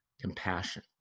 compassion